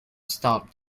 stop